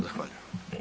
Zahvaljujem.